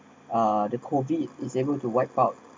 uh the COVID is able to wipe out